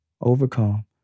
overcome